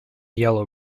yellow